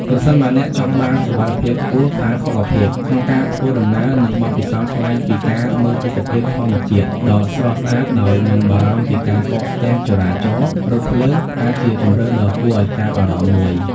ប្រសិនបើអ្នកចង់បាន សុវត្ថិភាពខ្ពស់ ផាសុកភាព ក្នុងការធ្វើដំណើរ និងបទពិសោធន៍ប្លែកពីការ មើលទេសភាពធម្មជាតិ ដ៏ស្រស់ស្អាតដោយមិនបារម្ភពីការកកស្ទះចរាចរណ៍ រថភ្លើង អាចជាជម្រើសដ៏គួរឱ្យចាប់អារម្មណ៍មួយ។